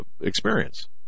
experience